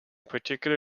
particular